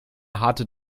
harte